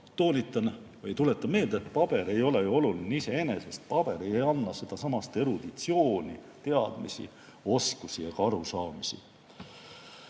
toonitan või tuletan meelde, et paber ei ole ju oluline iseenesest, paber ei anna eruditsiooni, teadmisi, oskusi ega arusaamisi.